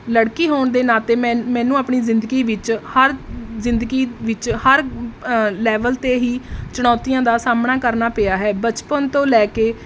ਲੜਕੀ ਹੋਣ ਦੇ ਨਾਤੇ ਮੈਨ ਮੈਨੂੰ ਆਪਣੀ ਜ਼ਿੰਦਗੀ ਵਿੱਚ ਹਰ ਜ਼ਿੰਦਗੀ ਵਿੱਚ ਹਰ ਲੈਵਲ 'ਤੇ ਹੀ ਚੁਣੌਤੀਆਂ ਦਾ ਸਾਹਮਣਾ ਕਰਨਾ ਪਿਆ ਹੈ ਬਚਪਨ ਤੋਂ ਲੈ ਕੇ